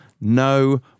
No